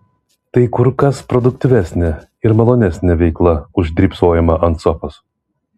tai kur kas produktyvesnė ir malonesnė veikla už drybsojimą ant sofos